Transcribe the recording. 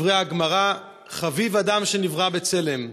דברי הגמרא: "חביב אדם שנברא בצלם".